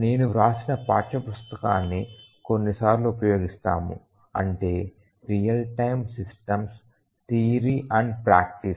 నేను వ్రాసిన పాఠ్యపుస్తకాన్ని కొన్నిసార్లు ఉపయోగిస్తాము అంటే పియర్సన్ ప్రెస్ చేత real time systems theory and practice